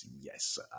yes